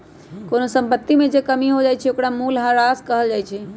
कोनो संपत्ति में जे कमी हो जाई छई ओकरा मूलहरास कहल जाई छई